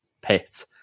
pit